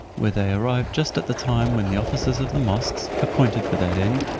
where they arrived just at the time when the officers of the mosques, appointed for that end,